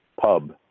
Pub